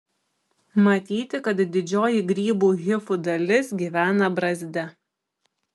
matyti kad didžioji grybų hifų dalis gyvena brazde